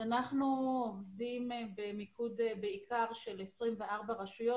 אז אנחנו עובדים במיקוד בעיקר של 24 רשויות